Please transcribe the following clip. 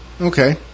Okay